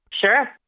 Sure